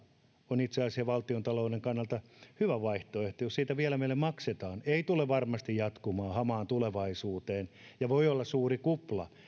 on itse asiassa valtiontalouden kannalta hyvä vaihtoehto jos siitä vielä meille maksetaan tulee jatkumaan ei varmasti hamaan tulevaisuuteen ja se voi olla suuri kupla